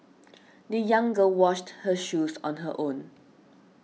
the young girl washed her shoes on her own